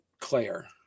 Claire